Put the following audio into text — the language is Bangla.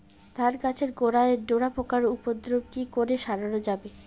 ধান গাছের গোড়ায় ডোরা পোকার উপদ্রব কি দিয়ে সারানো যাবে?